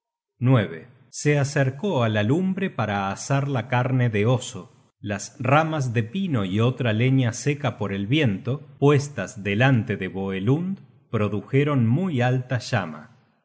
casa se acercó á la lumbre para asar la carne de oso las ramas de pino y otra leña seca por el creemos que el metal